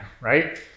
right